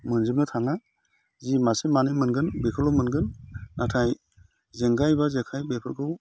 मोनजोबनो थांला जि मासे मानै मोनगोन बेखौल' मोनगोन नाथाय जेंगाइ बा जेखाइ बेफोरखौ